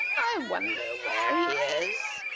i wonder where he is.